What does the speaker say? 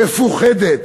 מפוחדת.